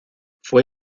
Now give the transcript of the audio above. fue